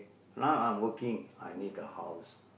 now I'm working I need a house